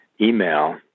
email